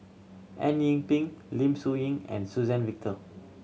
Eng Yee Peng Lim Soo and Suzann Victor